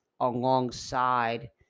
alongside